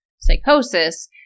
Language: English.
psychosis